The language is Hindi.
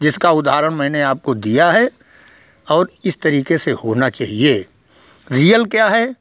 जिसका उदाहरण मैंने आपको दिया है और इस तरीके से होना चाहिए रियल क्या है